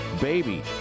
baby